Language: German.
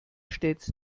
stets